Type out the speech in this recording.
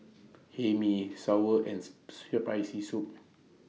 Hae Mee Sour and Spicy Soup